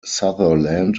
sutherland